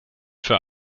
für